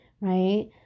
right